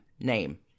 name